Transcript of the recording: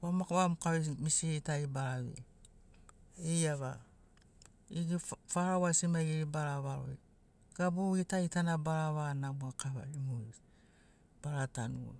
vamoka vamoka misiri tari bara vei eiava ini faraoasi maigeri bara varo gabu gitagitana bara vaga namoa kavana bara tanu